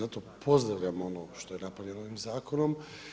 Zato pozdravljam ono što je napravljeno ovim zakonom.